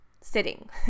sitting